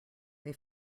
they